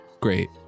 Great